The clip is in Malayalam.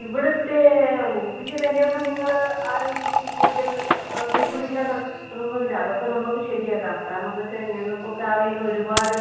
ഇവിടുത്തെ റൂമിൻ്റെ വിലയൊന്നും നിങ്ങൾ ആലോചിച്ച് കൂടുതൽ വിഷമിക്കണ്ട ഇതൊന്നുമില്ല അതൊക്കെ നമുക്ക് ശരിയാക്കാം കാരണം എന്നാന്നു വെച്ചാൽ ഞങ്ങൾക്കൊക്കെ അറിയുന്ന ഒരുപാട്